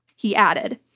he added.